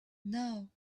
now